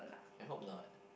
I hope not